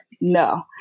no